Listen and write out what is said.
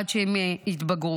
עד שהם יתבגרו.